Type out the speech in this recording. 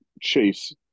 chase